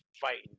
fighting